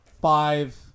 five